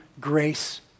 grace